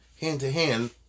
hand-to-hand